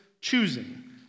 choosing